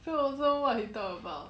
true also what you talk about